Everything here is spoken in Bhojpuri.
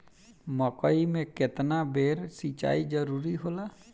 मकई मे केतना बेर सीचाई जरूरी होला?